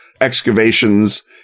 excavations